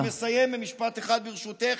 אני מסיים במשפט אחד, ברשותך.